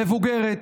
מבוגרת,